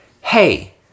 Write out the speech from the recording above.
hey